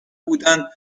بودند